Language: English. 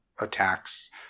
attacks